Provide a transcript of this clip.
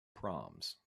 proms